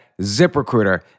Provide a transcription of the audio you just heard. ZipRecruiter